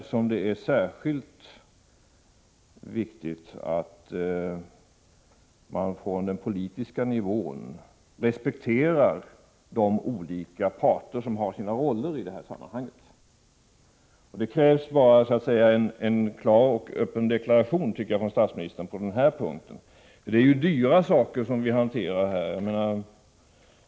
I det läget är det särskilt viktigt att man på politisk nivå respekterar de olika parterna och deras roller i sammanhanget. På den här punkten krävs det en klar och öppen deklaration från statsministern. Det rör sig här om stora belopp.